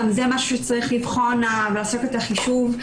גם זה משהו שצריך לבחון ולעשות את החישוב.